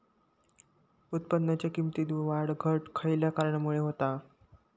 उत्पादनाच्या किमतीत वाढ घट खयल्या कारणामुळे होता?